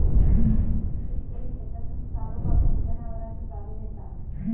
शेतकरी शेतातसून चारो कापून, जनावरांना चारो देता